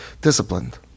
disciplined